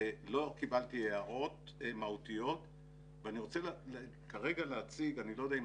לא קיבלתי הערות מהותיות ואני רוצה כרגע להציג אני לא יודע אם